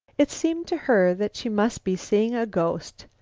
it seemed to her that she must be seeing a ghost.